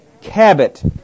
Cabot